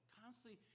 constantly